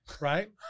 right